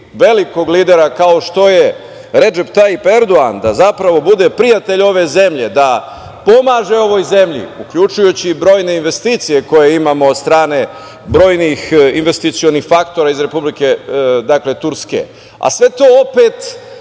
velikog lidera, kao što je Redžep Tajip Erdogan, da zapravo bude prijatelj ove zemlje, da pomaže ovoj zemlji, uključujući brojne investicije koje imamo od strane brojnih investicionih faktora iz Republike Turske, a sve to opet,